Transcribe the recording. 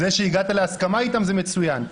זה שהגעת להסכמה איתם זה מצוין,